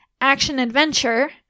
action-adventure